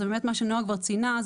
מה שנועה כבר ציינה,